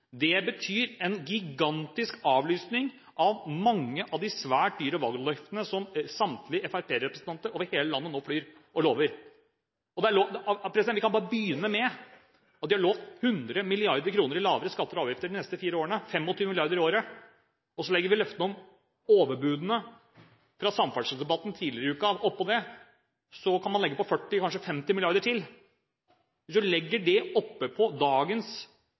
Det betyr en gigantisk avlysning av mange av de svært dyre valgløftene som samtlige fremskrittspartirepresentanter over hele landet nå flyr rundt og lover. Vi kan bare begynne med at de har lovt 100 mrd. kr i lavere skatter og avgifter de neste fire årene – 25 mrd. kr i året – og så legger vi løftene om overbudene fra samferdselsdebatten tidligere i uken oppå det. Så kan man legge på 40, kanskje 50 mrd. kr til. Hvis man så legger det oppå dagens oljepengebruk, en forsvarlig måte å styre landet på,